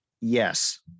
Yes